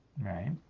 Right